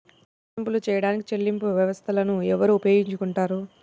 చెల్లింపులు చేయడానికి చెల్లింపు వ్యవస్థలను ఎవరు ఉపయోగించుకొంటారు?